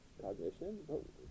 cognition